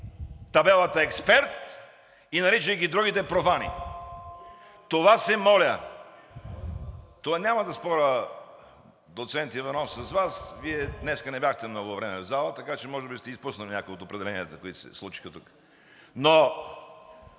табелата „Експерт“ и наричайки другите профани. Това се моля. (Реплики.) Няма да споря, доцент Иванов, с Вас, Вие днес не бяхте много време в залата, така че може да сте изпуснали някои от определенията, които се случиха тук. Но